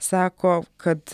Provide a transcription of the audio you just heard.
sako kad